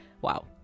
Wow